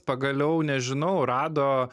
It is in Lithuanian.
pagaliau nežinau rado